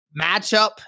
matchup